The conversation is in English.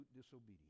disobedience